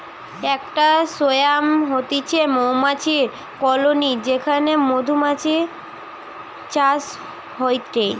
একটা সোয়ার্ম হতিছে মৌমাছির কলোনি যেখানে মধুমাছির চাষ হয়টে